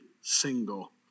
single